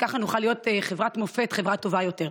ככה נוכל להיות חברת מופת, חברה טובה יותר.